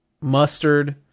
Mustard